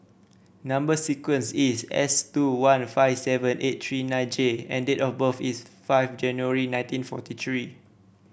number sequence is S two one five seven eight three nine J and date of birth is five January nineteen forty three